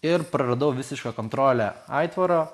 ir praradau visišką kontrolę aitvaro